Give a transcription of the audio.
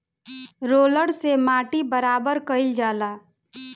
roller से माटी बराबर कइल जाला